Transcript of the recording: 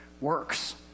Works